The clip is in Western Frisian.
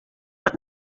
moat